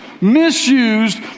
misused